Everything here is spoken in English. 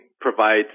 provides